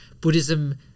Buddhism